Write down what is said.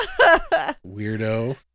Weirdo